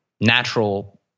natural